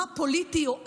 מה פוליטי או א-פוליטי,